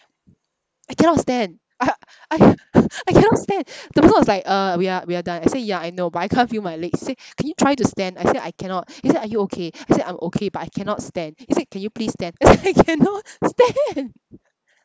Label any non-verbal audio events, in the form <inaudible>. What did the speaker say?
I cannot stand I I <laughs> I cannot stand the person was like uh we're we're done I say yeah I know but I can't feel my legs say can you try to stand I said I cannot he say are you okay I say I'm okay but I cannot stand he said can you please stand I say I cannot stand